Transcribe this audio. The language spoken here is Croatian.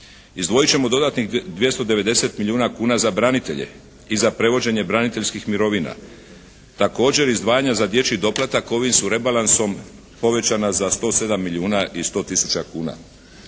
Izdvojit ćemo dodatnih 290 milijuna kuna za branitelje i za prevođenje braniteljskih mirovina. Također izdvajanja za dječji doplatak ovim su rebalansom povećana za 107 milijuna i 100 tisuća kuna.